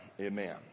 amen